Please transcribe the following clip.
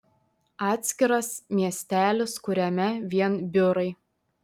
atskiras miestelis kuriame vien biurai